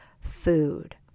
food